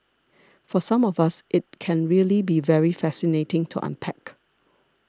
for some of us it can really be very fascinating to unpack